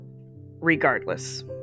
regardless